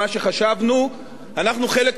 אנחנו חלק מהעולם וזה משפיע עלינו.